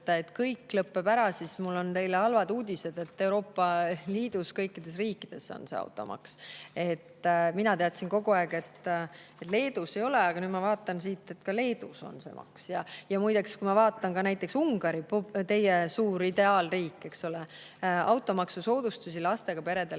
et kõik lõpeb ära, siis mul on teile halvad uudised: Euroopa Liidu kõikides riikides on automaks. Mina teadsin kogu aeg, et Leedus ei ole, aga nüüd ma vaatan siit, et ka Leedus on see maks. Muide, kui ma vaatan näiteks Ungarit – teie suur ideaalriik, eks ole –, siis automaksusoodustusi lastega peredele